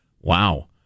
Wow